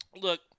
Look